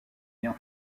lien